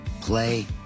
play